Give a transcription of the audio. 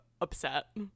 upset